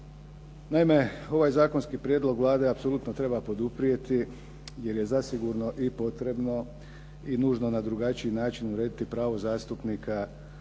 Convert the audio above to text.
Naime, ovaj zakonski prijedlog Vlade apsolutno treba poduprijeti jer je zasigurno i potrebno i nužno na drugačiji način urediti pravo zastupnika na